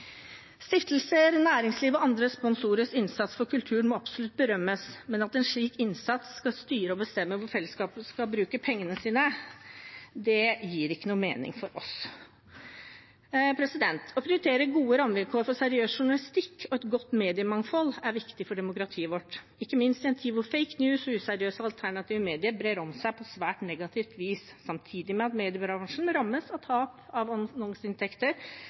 og andre sponsorers innsats for kultur må absolutt berømmes, men at en slik innsats skal styre og bestemme hvor fellesskapet skal bruke pengene sine, gir ikke mening for oss. Å prioritere gode rammevilkår for seriøs journalistikk og et godt mediemangfold er viktig for demokratiet vårt, ikke minst i en tid hvor «fake news» og useriøse alternative medier brer seg på svært negativt vis, samtidig med at mediebransjen rammes av tap av